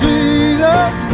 Jesus